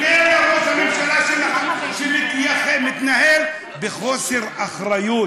תפנה לראש הממשלה, שמתנהל בחוסר אחריות,